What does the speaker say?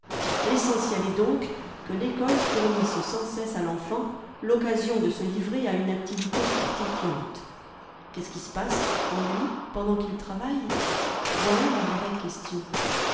lessentiel est donc que l'ecole fournisse sans cesse à l'enfant l'occasion de se livrer à une activité fortifiante qu'est-ce qui se passe en lui pendant qu'il travaille voilà la vraie question